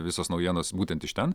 visos naujienos būtent iš ten